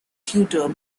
tutor